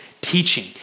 teaching